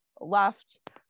left